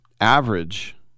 average